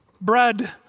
Bread